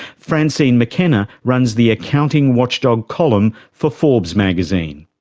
francine mckenna runs the accounting watchdog column for forbes magazine.